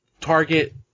target